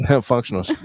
functional